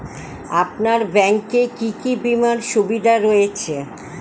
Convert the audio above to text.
আপনার ব্যাংকে কি কি বিমার সুবিধা রয়েছে?